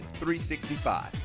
365